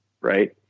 right